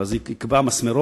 ואז ייקבעו מסמרות,